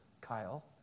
Kyle